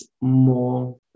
more